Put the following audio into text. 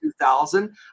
2000